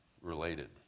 related